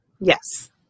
Yes